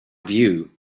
view